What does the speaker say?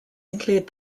include